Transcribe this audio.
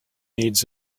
needs